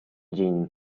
jin